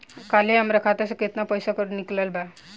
काल्हे हमार खाता से केतना पैसा निकलल बा?